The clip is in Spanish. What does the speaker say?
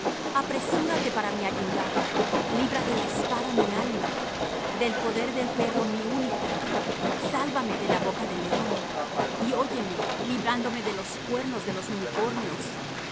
apresúrate para mi ayuda libra de la espada mi alma del poder del perro mi única sálvame de la boca del león y óyeme librándome de los cuernos de los unicornios